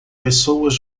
pessoas